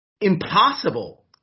impossible